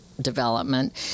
development